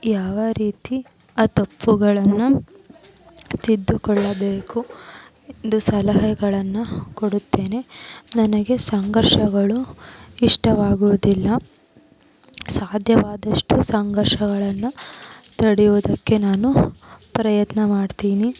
ಯಾವ ರೀತಿ ಆ ತಪ್ಪುಗಳನ್ನು ತಿದ್ದುಕೊಳ್ಳಬೇಕು ಎಂದು ಸಲಹೆಗಳನ್ನು ಕೊಡುತ್ತೇನೆ ನನಗೆ ಸಂಘರ್ಷಗಳು ಇಷ್ಟವಾಗುದಿಲ್ಲ ಸಾಧ್ಯವಾದಷ್ಟು ಸಂಘರ್ಷಗಳನ್ನು ತಡೆಯುದಕ್ಕೆ ನಾನು ಪ್ರಯತ್ನ ಮಾಡ್ತೀನಿ